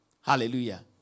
Hallelujah